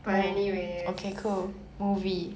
but anyways